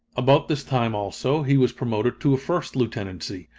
about this time, also, he was promoted to a first lieutenancy,